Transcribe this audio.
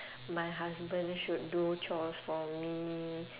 my husband should do chores for me